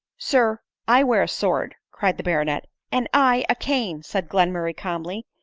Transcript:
sir, i wear a sword, cried the baronet. and i a cane, said glenmurray calmly,